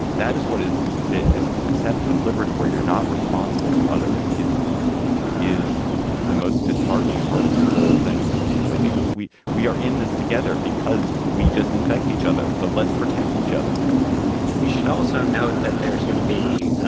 that is what is this conception of liberty where you're not responsible to others is is the most disheartening part of this whole thing for me. it's like a we we are in this together because we just infect each other, so let's protect each other we should also note that there is going to be